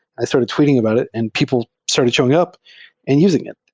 i started tweeting about it, and people started showing up and using it.